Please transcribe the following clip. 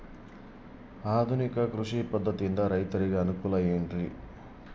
ಆಧುನಿಕ ಕೃಷಿ ಪದ್ಧತಿಯಿಂದ ರೈತರಿಗೆ ಅನುಕೂಲ ಏನ್ರಿ?